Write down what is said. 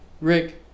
Rick